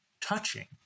touching